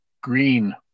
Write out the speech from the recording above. green